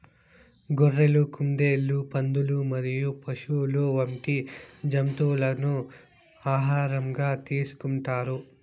గొర్రెలు, కుందేళ్లు, పందులు మరియు పశువులు వంటి జంతువులను ఆహారంగా తీసుకుంటారు